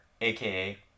aka